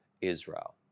Israel